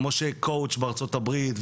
כמו Coach בארה"ב,